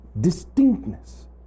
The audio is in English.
distinctness